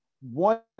One